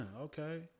okay